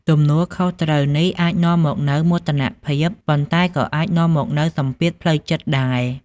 ទំនួលខុសត្រូវនេះអាចនាំមកនូវមោទនភាព ប៉ុន្តែក៏អាចនាំមកនូវសម្ពាធផ្លូវចិត្តដែរ។